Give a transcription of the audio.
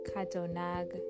Kadonag